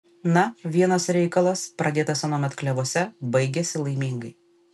na vienas reikalas pradėtas anuomet klevuose baigiasi laimingai